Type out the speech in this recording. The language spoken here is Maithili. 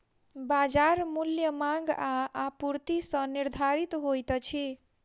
बजार मूल्य मांग आ आपूर्ति सॅ निर्धारित होइत अछि